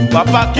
Papa